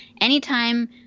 Anytime